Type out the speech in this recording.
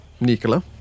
Nicola